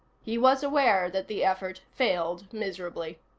he was aware that the effort failed miserably.